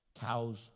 cows